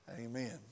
amen